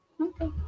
okay